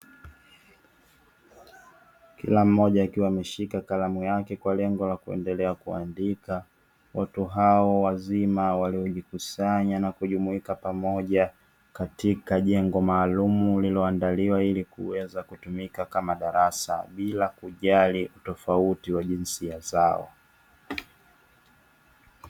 Kila mmoja akiwa ameshika kalamu yake kwa lengo la kuendelea kuandika, watu hao wazima wamejikusanya na kujumuika pamoja katika jengo maalum lililoandaliwa, ili kuweza kutumika kama darasa bila kujali tofauti wa jinsia zao.